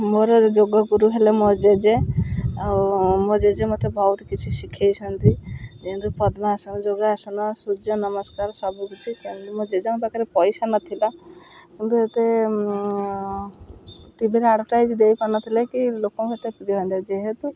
ମୋର ଯୋଗ ଗୁରୁ ହେଲେ ମୋ ଜେଜେ ଆଉ ମୋ ଜେଜେ ମୋତେ ବହୁତ କିଛି ଶିଖାଇଛନ୍ତି ଯେନ୍ତି ପଦ୍ମାସନ ଯୋଗାସନ ସୂର୍ଯ୍ୟ ନମସ୍କାର ସବୁକିଛି କେନ୍ତି ମୋ ଜେଜେଙ୍କ ପାଖରେ ପଇସା ନଥିଲା କିନ୍ତୁ ଏତେ ଟିଭିରେ ଆଡ଼ଭର୍ଟାଇଜ୍ ଦେଇପାରୁନଥିଲେ କି ଲୋକଙ୍କୁ ଏତେ ପ୍ରିୟ ହୋଇଅନ୍ତା ଯେହେତୁ